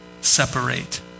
separate